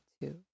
two